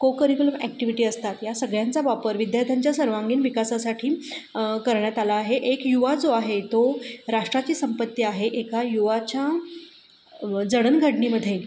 को curriculum activity असतात या सगळ्यांचा वापर विद्यार्थ्यांच्या सर्वांगीण विकासासाठी करण्यात आला आहे एक युवा जो आहे तो राष्ट्राची संपत्ती आहे एका युवाच्या जडणघडणीमध्ये